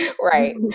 Right